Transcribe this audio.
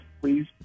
please